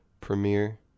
Premiere